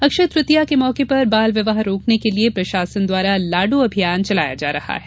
अक्षय तृतीय के मौके पर बाल विवाह रोकने के लिए प्रशासन द्वारा लाडो अभियान चलाया जा रहा है